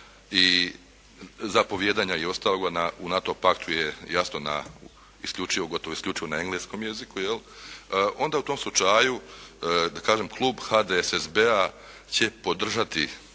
i zapovijedanja i ostaloga u NATO paktu je jasno na isključivo, gotovo isključivo na engleskom jeziku jel', onda u tom slučaju da kažem klub HDSSB-a će podržati